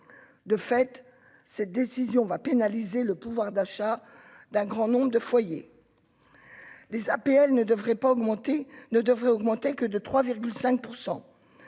de fait, cette décision va pénaliser le pouvoir d'achat d'un grand nombre de foyers les APL ne devraient pas augmenter ne devrait